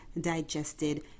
digested